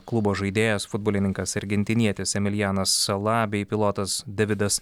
klubo žaidėjas futbolininkas argentinietis emilijanas sala bei pilotas davidas